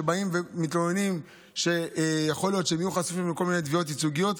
שבאים ומתלוננים שיכול להיות שהם יהיו חשופים לכל מיני תביעות ייצוגיות.